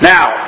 Now